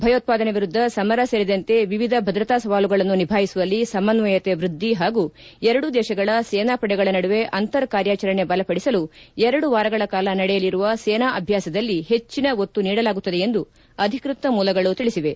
ಭಯೋತ್ಪಾದನೆ ವಿರುದ್ಧ ಸಮರ ಸೇರಿದಂತೆ ವಿವಿಧ ಭದ್ರತಾ ಸವಾಲುಗಳನ್ನು ನಿಭಾಯಿಸುವಲ್ಲಿ ಸಮನ್ನಯತೆ ವ್ವದ್ಗಿ ಹಾಗೂ ಎರಡು ದೇಶಗಳ ಸೇನಾಪಡೆಗಳ ನಡುವೆ ಅಂತರ್ಕಾರ್ಯಾಚರಣೆ ಬಲಪಡಿಸಲು ಎರಡು ವಾರಗಳ ಕಾಲ ನಡೆಯಲಿರುವ ಸೇನಾ ಅಭ್ಯಾಸದಲ್ಲಿ ಹೆಚ್ಚಿನ ಒತ್ತು ನೀಡಲಾಗುತ್ತದೆ ಎಂದು ಅಧಿಕೃತ ಮೂಲಗಳು ತಿಳಿಸಿವೆ